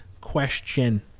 question